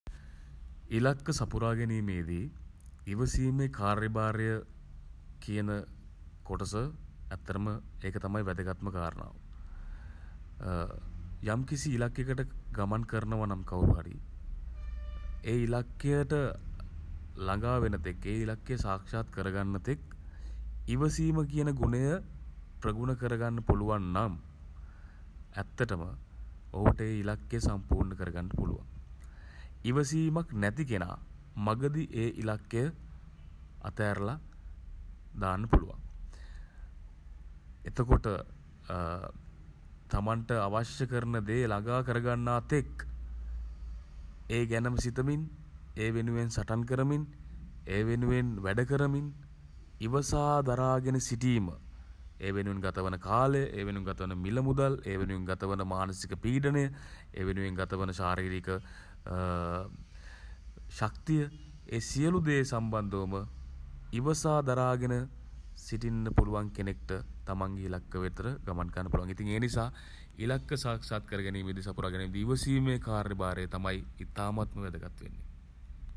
ඉල්ලක සපුරා ගැනීමේදී ඉවසීමේ කාර්යභාරය කියන කොටස ඇත්තටම ඒක තමයි වැදගත්ම කාරණය. යම්කිසි ඉලක්කයකට ගමන් කරනවා නම් කවුරු හරි ඒ ඉලක්කයට ළඟා වන තෙක් ඒ ඉලක්කය සාක්ෂාත් කර ගන්න තෙක් ඉවසීම කියන ගුණය ප්‍රගුණ කරගන්න පුළුවන් නම් ඇත්තටම ඔහුට ඒ ඉලක්කය සම්පූර්ණ කරගන්න පුළුවන්. ඉවසීමක් නැති කෙනා මගදී ඒ ඉලක්කය අත ඇරලා දාන්න පුළුවන්. එතකොට තමන්ට අවශ්‍ය කරන දේ ළඟා කරගන්නා තෙක් ඒ ගැනම සිතමින් ඒ වෙනුවෙන් සටන් කරමින් ඒ වෙනුවෙන් සටන් කරමින් ඒ වෙනුවෙන් වැඩ කරමින් ඉවසා දරාගෙන සිටීම ඒ වෙනුවෙන් ගතවන කාලය ඒ වෙනුවෙන් ගත වන මිළ මුදල් ඒ වෙනුවෙන් ගත වන මානසික පීඩනය වෙනුවෙන් ගත වන ශාරීරික ශක්තිය ඒ සියලු දේ සම්බන්ධවම ඉවසා දරාගෙන සිටින්න පුළුවන් කෙනෙක්ට තමන්ගේ ඉලක්ක වෙතට ගමන් කරන්න පුළුවන්. ඉතින් ඒ නිසා ඉලක්ක සාක්ෂාත් කරගැනීමේදී සපුරා ගැනීමේදී ඉවසීමේ කාර්යභාරය තමයි ඉතාමත්ම වැදගත් වෙන්නේ.